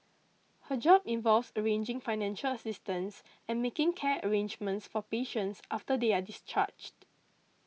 her job involves arranging financial assistance and making care arrangements for patients after they are discharged